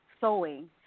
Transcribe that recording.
sewing